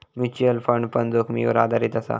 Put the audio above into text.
mutual fund पण जोखीमीवर आधारीत असा